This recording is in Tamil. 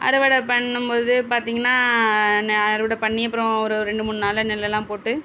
அறுவடை பண்ணும் போது பார்த்திங்கனா ந அறுவடை பண்ணி அப்புறம் ஒரு ரெண்டு மூணு நாளில் நெல்லெலாம் போட்டு